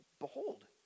Behold